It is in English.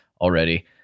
already